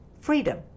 freedom